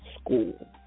school